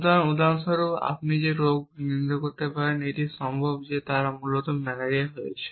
সুতরাং উদাহরণস্বরূপ আপনি সেই রোগ নির্ণয়ে বলতে পারেন যে এটি সম্ভব যে তার মূলত ম্যালেরিয়া হয়েছে